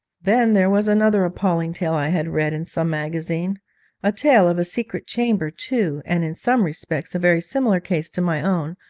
then there was another appalling tale i had read in some magazine a tale of a secret chamber, too, and in some respects a very similar case to my own,